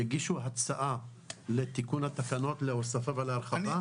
יגישו הצעה לתיקון התקנות להוספה והרחבה?